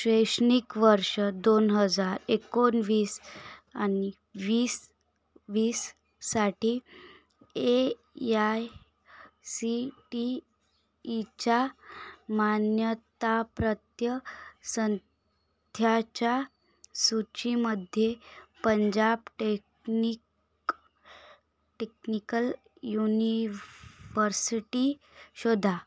शैक्षणिक वर्ष दोन हजार एकोणवीस आणि वीस वीस साठी ए याय सी टी ईच्या मान्यताप्राप्त संस्थांच्या सूचीमध्ये पंजाब टेक्नि टेक्निकल युनिव्हर्सिटी शोधा